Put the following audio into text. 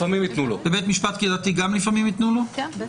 לפעמים ייתנו לו.